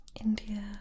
India